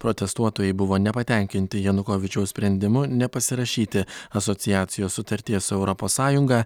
protestuotojai buvo nepatenkinti janukovyčiaus sprendimu nepasirašyti asociacijos sutarties su europos sąjunga